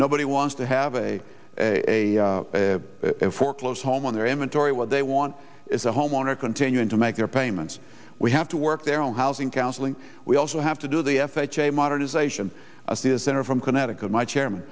nobody wants to have a a foreclosed home on their inventory what they want is a homeowner continuing to make their payments we have to work their own housing counseling we also have to do the f h a modernization of this center from connecticut my chairman